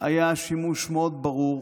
היה שימוש מאוד ברור,